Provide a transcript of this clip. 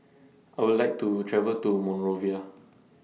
I Would like to travel to Monrovia